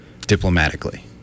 diplomatically